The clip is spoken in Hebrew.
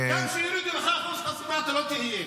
גם כשיורידו לך את אחוז החסימה, אתה לא תהיה.